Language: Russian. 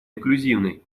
инклюзивной